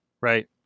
Right